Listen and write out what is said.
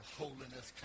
holiness